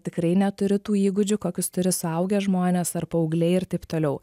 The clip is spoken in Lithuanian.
tikrai neturi tų įgūdžių kokius turi suaugę žmonės ar paaugliai ir taip toliau